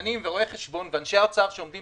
כלכלנים ורואי חשבון ואנשי האוצר שעומדים